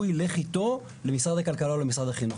והוא ילך איתו למשרד הכלכלה או למשרד החינוך.